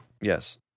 Yes